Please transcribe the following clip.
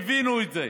הבאנו את זה,